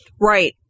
Right